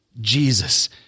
Jesus